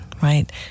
right